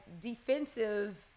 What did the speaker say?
defensive